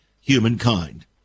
humankind